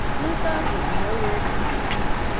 lupo was nowhere to be seen.